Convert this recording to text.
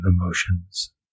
emotions